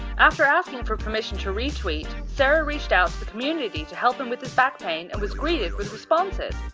after asking for permission to retweet, sarah reached out the community to help him with this back pain and was greeted with responses.